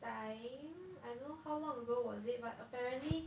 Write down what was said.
time I don't know how long ago was it but apparently